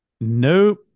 Nope